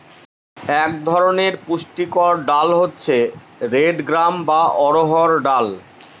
এক ধরনের পুষ্টিকর ডাল হচ্ছে রেড গ্রাম বা অড়হর ডাল